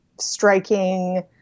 striking